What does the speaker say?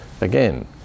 Again